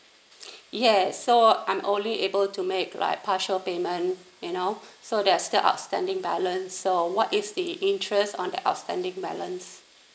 yes so I'm only able to make like partial payment you know so there's still outstanding balance so what is the interest on the outstanding balance